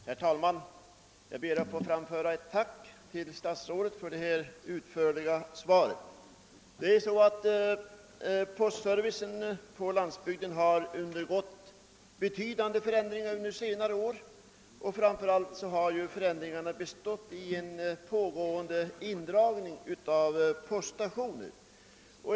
Herr talman! Jag ber att få framföra ett tack till statsrådet för det utförliga svaret på min fråga. Postservicen på landsbygden har undergått betydande förändringar under senare år, och framför allt har dessa bestått i en fortgående indragning av poststationer.